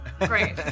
Great